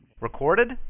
Recorded